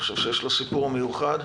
יש לו סיפור מיוחד.